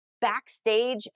backstage